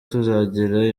tuzagira